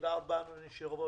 תודה רבה, אדוני היושב-ראש.